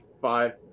five